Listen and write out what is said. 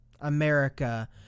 America